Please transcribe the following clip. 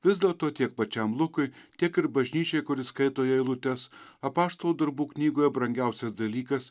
vis dėlto tiek pačiam lukui tiek ir bažnyčiai kuri skaito jo eilutes apaštalų darbų knygoje brangiausias dalykas